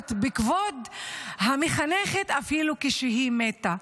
פוגעת בכבוד המחנכת אפילו כשהיא מתה,